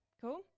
Cool